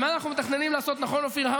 אנחנו מתכננים לעשות המון, נכון, אופיר?